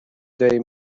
they